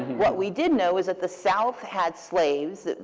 what we did know is that the south had slaves.